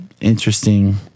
interesting